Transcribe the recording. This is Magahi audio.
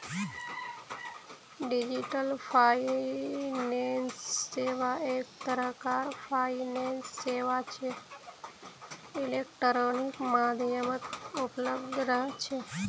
डिजिटल फाइनेंस सेवा एक तरह कार फाइनेंस सेवा छे इलेक्ट्रॉनिक माध्यमत उपलब्ध रह छे